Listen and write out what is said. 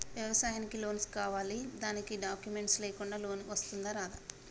వ్యవసాయానికి లోన్స్ కావాలి దానికి డాక్యుమెంట్స్ లేకుండా లోన్ వస్తుందా రాదా?